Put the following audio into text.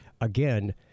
again